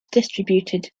distributed